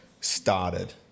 started